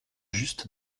just